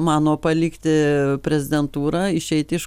mano palikti prezidentūrą išeiti iš